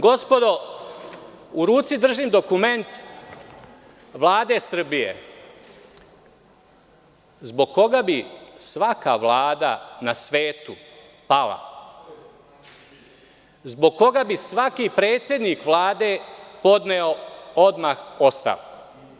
Gospodo, u ruci držim dokument Vlade Srbije zbog koga bi svaka Vlada na svetu pala, zbog koga bi svaki predsednik Vlade podneo odmah ostavku.